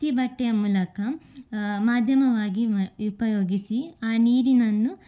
ಹತ್ತಿ ಬಟ್ಟೆಯ ಮೂಲಕ ಮಾಧ್ಯಮವಾಗಿ ಉಪಯೋಗಿಸಿ ಆ ನೀರನ್ನು